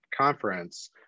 conference